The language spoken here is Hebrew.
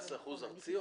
14% ארצי?